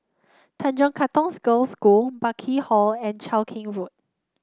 Tanjong Katong Girls' School Burkill Hall and Cheow Keng Road